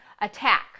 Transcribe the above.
attack